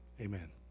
amen